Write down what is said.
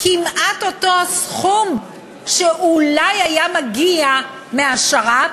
כמעט אותו הסכום שאולי היה מגיע מהשר"פ,